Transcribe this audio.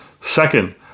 Second